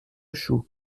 chou